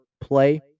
play